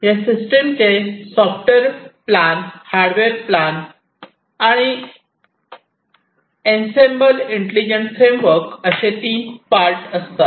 या सिस्टमचे software plane hardware plane आणि इंसेंबल इंटेलिजंट फ्रेमवर्क असे तीन पार्ट असतात